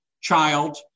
child